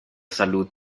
salud